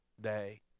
day